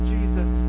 Jesus